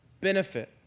benefit